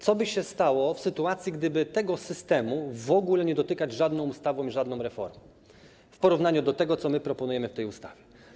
Co by się stało w sytuacji, gdyby tego systemu w ogóle nie dotykać żadną ustawą, żadną reformą w porównaniu do tego, co my proponujemy w tej ustawie.